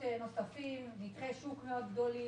בנתחי שוק מאוד גדולים,